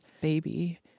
baby